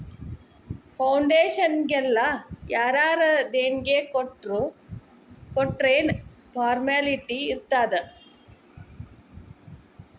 ಫೌಡೇಷನ್ನಿಗೆಲ್ಲಾ ಯಾರರ ದೆಣಿಗಿ ಕೊಟ್ರ್ ಯೆನ್ ಫಾರ್ಮ್ಯಾಲಿಟಿ ಇರ್ತಾದ?